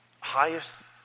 highest